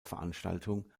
veranstaltung